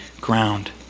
ground